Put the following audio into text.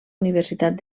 universitat